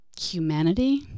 humanity